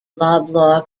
loblaw